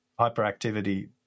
hyperactivity